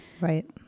right